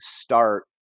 start